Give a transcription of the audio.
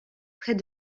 près